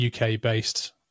UK-based